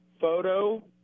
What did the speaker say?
photo